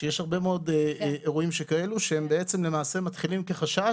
כשיש הרבה מאוד אירועים שכאלו שהם למעשה מתחילים כחשש,